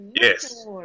yes